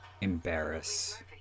embarrass